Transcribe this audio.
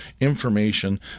information